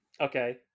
okay